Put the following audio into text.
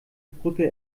brücke